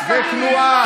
או רפורמים